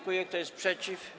Kto jest przeciw?